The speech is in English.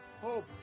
Hope